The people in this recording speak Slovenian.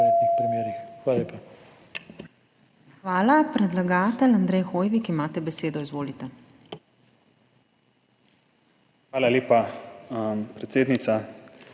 Hvala lepa.